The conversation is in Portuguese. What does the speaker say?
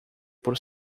por